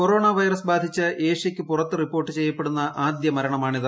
corona virus ബാധിച്ച് ഏഷ്യക്ക് പുറത്ത് റിപ്പോർട്ട് ചെയ്യപ്പെടുന്ന ആദ്യ മരണമാണിത്